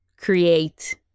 create